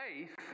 faith